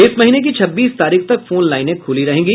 इस महीने की छब्बीस तारीख तक फोन लाइनें खुली रहेंगी